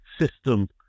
system